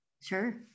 Sure